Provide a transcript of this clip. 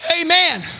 Amen